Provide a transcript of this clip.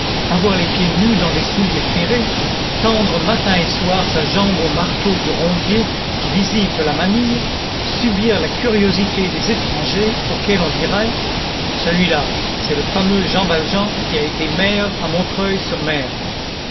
avoir les pieds nus dans des souliers ferrés tendre matin et soir sa jambe au marteau du rondier qui visite la manille subir la curiosité des étrangers auxquels on dirait celui-là c'est le fameux jean valjean qui a été maire à montreuil sur mer